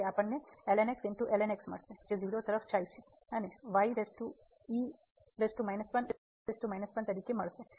તેથી આપણને મળશે જે 0 તરફ જાય છે અને y તરીકે મળશે